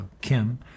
Kim